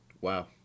Wow